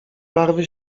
barwy